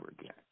again